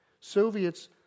Soviets